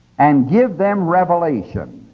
and give them revelation.